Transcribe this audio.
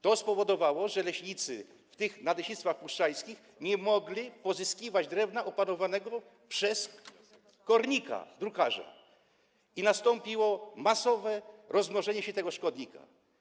To spowodowało, że leśnicy w tych nadleśnictwach puszczańskich nie mogli pozyskiwać drewna opanowanego przez kornika drukarza i nastąpiło masowe rozmnożenie się tego szkodnika.